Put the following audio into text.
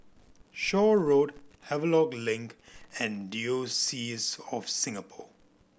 Shaw Road Havelock Link and Diocese of Singapore